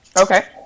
Okay